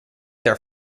their